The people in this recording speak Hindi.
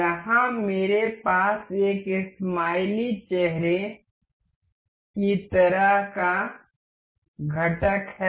यहाँ मेरे पास एक स्माइली चेहरे की तरह का घटक है